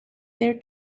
there